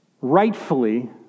rightfully